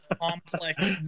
complex